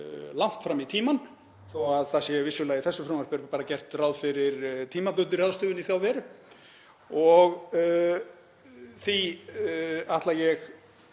langt fram í tímann þó að það sé vissulega í þessu frumvarpi bara gert ráð fyrir tímabundinni ráðstöfun í þá veru. Því ætla ég